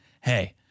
Hey